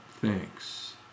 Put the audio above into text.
Thanks